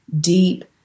deep